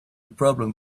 problem